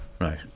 Right